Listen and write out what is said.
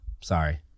sorry